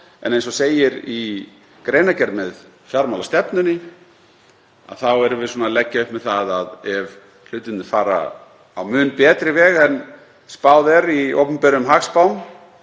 en eins og segir í greinargerð með fjármálastefnunni erum við leggja upp með það að ef hlutirnir fara á mun betri veg en spáð er í opinberum hagspám